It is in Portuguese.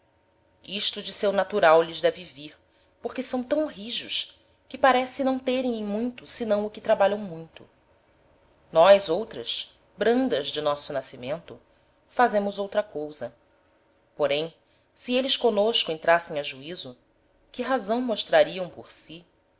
isto de seu natural lhes deve vir porque são tam rijos que parece não terem em muito senão o que trabalham muito nós outras brandas de nosso nascimento fazemos outra cousa porém se êles comnosco entrassem a juizo que razão mostrariam por si